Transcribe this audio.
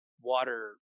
water